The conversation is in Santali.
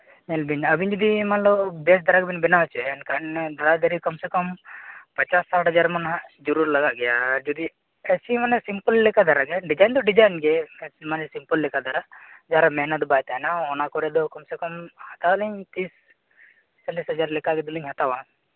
ᱧᱮᱞ ᱵᱤᱱ ᱟᱹᱵᱤ ᱡᱩᱫᱤ ᱢᱟᱱᱞᱳ ᱵᱮᱥ ᱫᱷᱟᱨᱟ ᱜᱮᱵᱮᱱ ᱵᱮᱱᱟᱣ ᱦᱚᱪᱚᱭᱟ ᱮᱱᱠᱷᱟᱱ ᱫᱷᱟᱨᱟᱼᱫᱷᱟᱨᱤ ᱠᱚᱢᱥᱮ ᱠᱚᱢ ᱯᱚᱧᱪᱟᱥ ᱥᱟᱴ ᱦᱟᱡᱟᱨ ᱢᱟ ᱱᱟᱦᱟᱸᱜ ᱡᱟᱹᱨᱩᱲ ᱞᱟᱜᱟᱜ ᱜᱮᱭᱟ ᱟᱨ ᱡᱩᱫᱤ ᱮᱭᱥᱮ ᱢᱟᱱᱮ ᱥᱤᱢᱯᱮᱞ ᱞᱮᱠᱟ ᱫᱷᱟᱨᱟ ᱜᱮᱭᱟ ᱰᱤᱡᱟᱭᱤᱱ ᱫᱚ ᱰᱤᱡᱟᱭᱤᱱ ᱜᱮ ᱢᱟᱱᱮ ᱥᱤᱢᱯᱤᱞ ᱞᱮᱠᱟ ᱫᱷᱟᱨᱟ ᱡᱟᱦᱟᱸᱨᱮ ᱢᱮᱦᱱᱚᱛ ᱵᱟᱭ ᱛᱟᱦᱮᱱᱟ ᱚᱱᱟ ᱠᱚᱨᱮ ᱫᱚ ᱠᱚᱢᱥᱮ ᱠᱚᱢ ᱦᱟᱛᱟᱣ ᱟᱹᱞᱤᱧ ᱛᱤᱨᱤᱥ ᱪᱚᱞᱞᱤᱥ ᱦᱟᱡᱟᱨ ᱞᱮᱠᱟ ᱫᱩᱞᱤᱧ ᱦᱟᱛᱟᱣᱟ